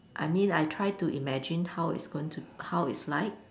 I mean I try to imagine how it's going to how it's like